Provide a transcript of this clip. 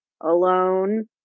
Alone